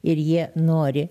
ir jie nori